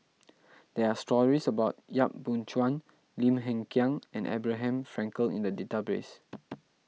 there are stories about Yap Boon Chuan Lim Hng Kiang and Abraham Frankel in the database